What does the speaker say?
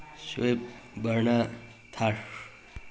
swipe ꯕꯔꯅꯥ ꯊꯥꯔ